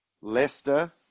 Leicester